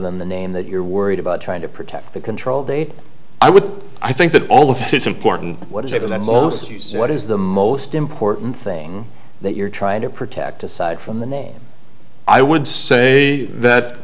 than the name that you're worried about trying to protect the control data i would i think that all of this is important what is able and what is the most important thing that you're trying to protect aside from the name i would say that